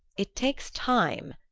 it takes time,